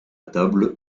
table